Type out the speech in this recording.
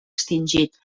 extingit